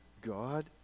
God